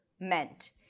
Meant